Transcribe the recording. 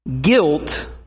guilt